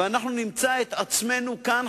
ואנחנו נמצא את עצמנו כאן,